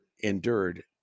endured